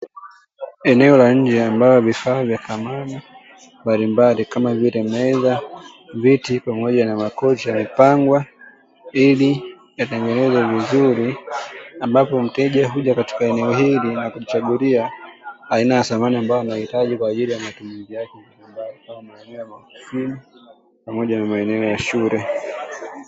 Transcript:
Eneo la nje ambavyo vifaa vya samani mbalimbali, kama vile; meza, viti pamoja na makochi, yamepangwa ili vitengenezwe vizuri, ambapo mteja huja katika eneo hili na kujichagulia aina ya samani anayohitaji kwa ajili ya matumizi yake mbalimbali, kama maeneo ya maofisini pamoja na maeno ya shule.